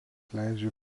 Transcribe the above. leidžia